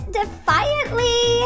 defiantly